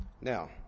Now